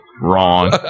Wrong